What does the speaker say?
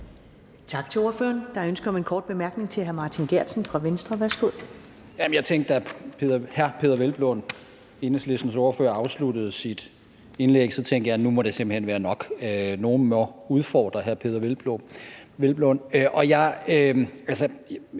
Tak til ordføreren. Der er ønske om en kort bemærkning fra hr. Martin Geertsen, Venstre. Værsgo. Kl. 11:55 Martin Geertsen (V): Da hr. Peder Hvelplund, Enhedslistens ordfører, afsluttede sit indlæg, tænkte jeg, at nu må det simpelt hen være nok, og at nogen måtte udfordre hr. Peder Hvelplund. Jeg